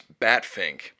Batfink